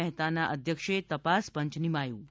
મહેતાના અધ્યક્ષે તપાસ પંચ નીમાયું છે